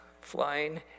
flying